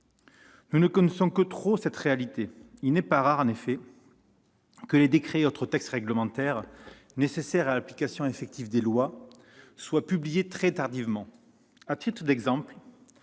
Nous ne connaissons que trop cette réalité : il n'est pas rare que les décrets et autres textes réglementaires nécessaires à l'application effective des lois soient publiés très tardivement.